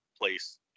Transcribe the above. place